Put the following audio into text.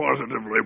positively